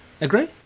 Agree